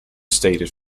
stated